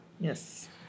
Yes